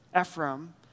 Ephraim